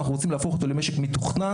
אנחנו רוצים להפוך אותו למשק מתוכנן.